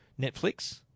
Netflix